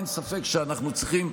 אין ספק שאנחנו צריכים,